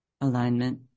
Alignment